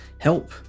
help